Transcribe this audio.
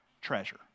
Treasure